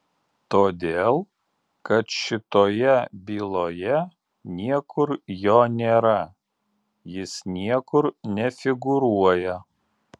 todėl kad šitoje byloje niekur jo nėra jis niekur nefigūruoja